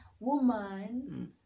Woman